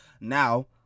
Now